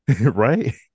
right